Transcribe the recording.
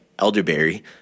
Elderberry